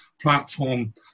platform